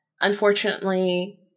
unfortunately